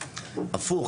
הפוך,